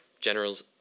Generals